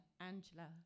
Angela